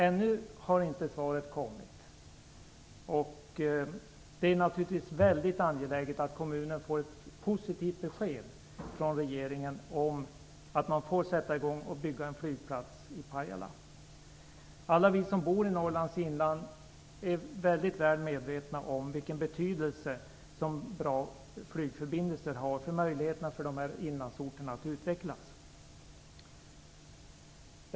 Svaret har ännu inte kommit, och det är naturligtvis mycket angeläget att kommunen får ett positivt besked från regeringen om att man får sätta i gång byggandet av en flygplats i Pajala. Alla vi som bor i Norrlands inland är mycket väl medvetna om den betydelse bra flygförbindelser har för utvecklingsmöjligheterna för de berörda orterna i inlandet.